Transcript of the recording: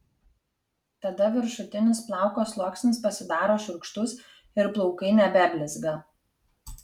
tada viršutinis plauko sluoksnis pasidaro šiurkštus ir plaukai nebeblizga